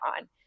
on